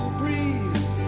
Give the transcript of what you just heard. breeze